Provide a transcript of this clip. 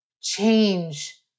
change